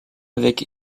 avec